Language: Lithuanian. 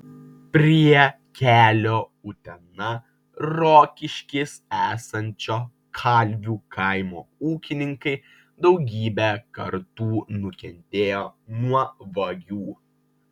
prie kelio utena rokiškis esančio kalvių kaimo ūkininkai daugybę kartų nukentėjo nuo vagių